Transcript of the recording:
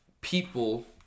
people